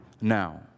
now